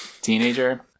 teenager